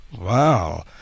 Wow